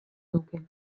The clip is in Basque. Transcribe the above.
nuke